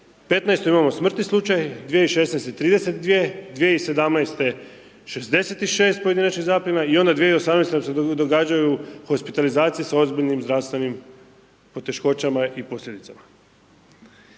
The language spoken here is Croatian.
2015. imamo smrtni slučaj, 2016. 32, 2017. 66 pojedinačnih zapljena i onda 2018. nam se događaju hospitalizacije sa ozbiljnim zdravstvenim poteškoćama i posljedicama